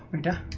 and